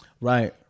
Right